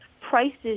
prices